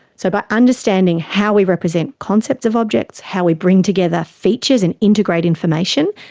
so by understanding how we represent concepts of objects, how we bring together features and integrate information,